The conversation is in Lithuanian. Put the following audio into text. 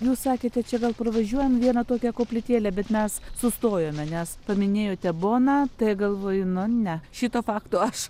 jūs sakėte čia gal pravažiuojam vieną tokią koplytėlę bet mes sustojome nes paminėjote boną tai galvoju nu ne šito fakto aš